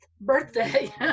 birthday